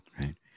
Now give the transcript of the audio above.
right